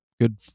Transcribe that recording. good